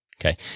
Okay